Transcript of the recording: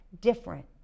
different